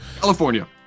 California